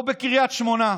או בקריית שמונה.